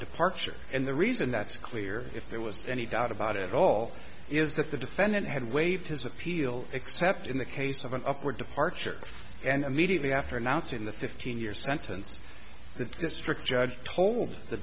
departure and the reason that's clear if there was any doubt about it all is that the defendant had waived his appeal except in the case of an upward departure and immediately after announcing the fifteen year sentence the district judge told the